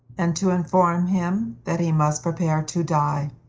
and to inform him that he must prepare to die.